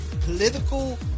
political